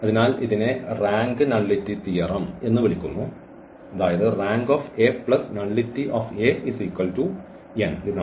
അതിനാൽ ഇതിനെ rank nullity theorem എന്ന് വിളിക്കുന്നു റാങ്ക് നള്ളിറ്റി n